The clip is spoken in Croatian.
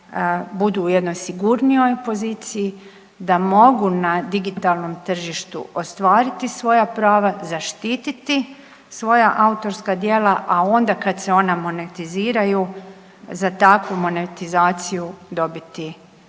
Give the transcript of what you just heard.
budu u jednoj sigurnijoj poziciji da mogu na digitalnom tržištu ostvariti svoja prava, zaštititi svoja autorska djela, a onda kad se ona monetiziraju za takvu monetizaciju dobiti